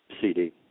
CD